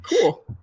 cool